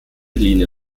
linie